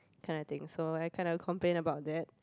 kind of thing so I kinda complained about that